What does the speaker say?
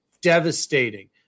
devastating